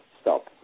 stop